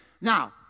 Now